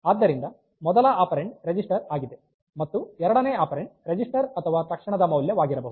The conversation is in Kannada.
ಆದ್ದರಿಂದ ಮೊದಲ ಆಪೆರಾನ್ಡ್ ರಿಜಿಸ್ಟರ್ ಆಗಿದೆ ಮತ್ತು ಎರಡನೇ ಆಪೆರಾನ್ಡ್ ರಿಜಿಸ್ಟರ್ ಅಥವಾ ತಕ್ಷಣದ ಮೌಲ್ಯವಾಗಿರಬಹುದು